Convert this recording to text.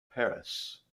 paris